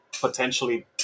potentially